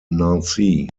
nancy